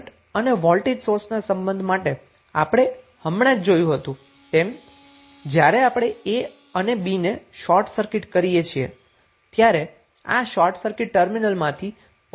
current અને voltage સોર્સના સંબંધ માટે આપણે હમણા જ જોયું હતું તેમ જ્યારે આપણે a અને b ને શોર્ટ સર્કિટ કરીએ ત્યારે આ શોર્ટ સર્કિટ ટર્મિનલમાંથી પસાર થતા કરન્ટની કિંમત કેટલી હશે